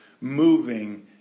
moving